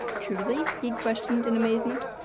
truly? he questioned in amazement.